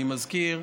אני מזכיר,